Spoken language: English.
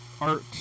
art